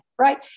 right